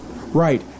Right